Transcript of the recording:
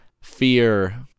fear